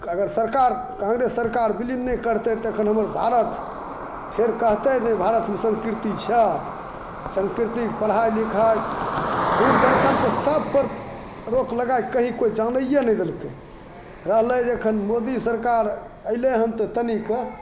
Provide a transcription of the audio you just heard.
अगर सरकार काँग्रेस सरकार विलीन नहि करतै रहै तऽ एखन हमर भारत फेर कहतै ने भारतमे संस्कृति छै सांस्कृतिक पढ़ाइ लिखाइ दूरदर्शनपर सबपर रोक लगाकऽ कहीँ कोइ जानैए नहि देलकै रहलै जे एखन मोदी सरकार अएलै हँ तऽ तनिक